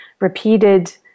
repeated